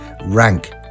rank